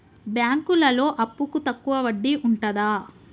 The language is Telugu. బ్యాంకులలో అప్పుకు తక్కువ వడ్డీ ఉంటదా?